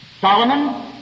Solomon